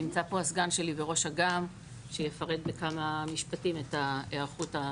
נמצא פה הסגן שלי וראש אג"מ שיפרט בכמה משפטים את ההיערכות המבצעית.